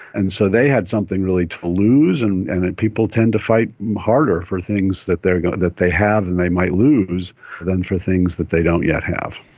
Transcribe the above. and so they had something really to lose, and and and people tend to fight harder for things that they that they have and they might lose than for things they don't yet have.